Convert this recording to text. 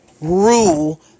rule